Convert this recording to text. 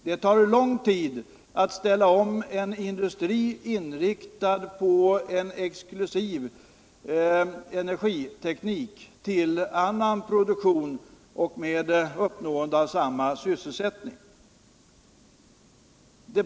Det tar lång tid att ställa om en industri, inriktad på en exklusiv energiteknik, till en annan produktion med uppnående av samma sysselsättningsgrad.